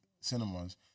cinemas